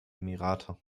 emirate